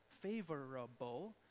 favorable